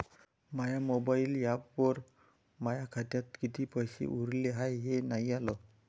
माया mobile ॲपवर माया खात्यात किती पैसे उरले हाय हे नाही आलं